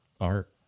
Art